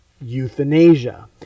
euthanasia